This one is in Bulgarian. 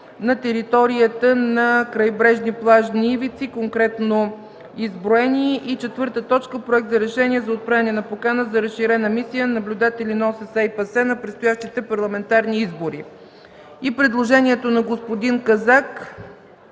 на територията на крайбрежни плажни ивици, конкретно изброени, и четвърта точка – Проект за решение за отправяне на покана за разширена мисия наблюдатели на ОССЕ и ПАСЕ на предстоящите парламентарни избори. И предложението на господин Казак